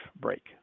break